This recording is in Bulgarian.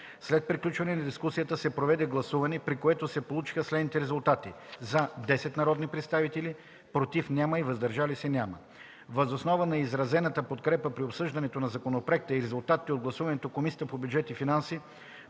След приключване на дискусията се проведе гласуване, при което се получиха следните резултати: „за” 10 народни представители, „против” и „въздържали се” няма. Въз основа на изразената подкрепа при обсъждането на законопроекта и резултатите от гласуването Комисията по бюджет и финанси